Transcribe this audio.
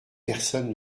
personne